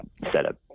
setup